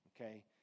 Okay